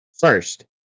First